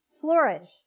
flourish